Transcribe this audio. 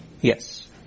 Yes